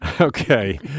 Okay